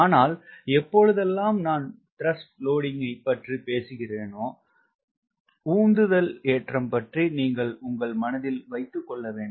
ஆனால் எப்பொழுதெல்லாம் நான் TW ஐ பற்றி பேசுகிறோனோ உந்துதல் ஏற்றம் பற்றி நீங்கள் உங்கள் மனதில் வைத்து கொள்ள வேண்டும்